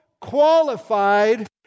Qualified